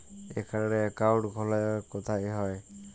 এখানে অ্যাকাউন্ট খোলা কোথায় হয়?